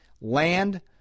land